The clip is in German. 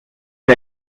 der